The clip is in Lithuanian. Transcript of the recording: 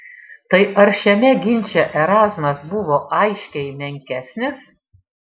tai ar šiame ginče erazmas buvo aiškiai menkesnis